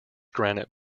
granite